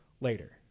later